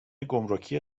گمرکی